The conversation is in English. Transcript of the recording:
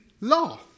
law